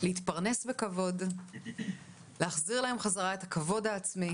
להתפרנס בכבוד, להחזיר להם בחזרה את הכבוד העצמי